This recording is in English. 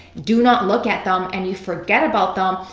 do not look at them, and you forget about them,